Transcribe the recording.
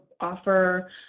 offer